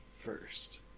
first